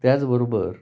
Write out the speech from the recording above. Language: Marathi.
त्याचबरोबर